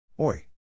Oi